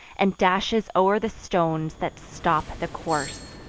and dashes o'er the stones that stop the course,